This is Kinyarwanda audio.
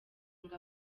ngo